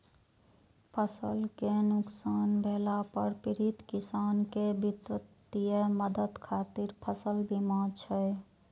फसल कें नुकसान भेला पर पीड़ित किसान कें वित्तीय मदद खातिर फसल बीमा छै